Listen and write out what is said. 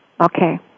Okay